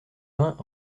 vingts